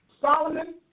Solomon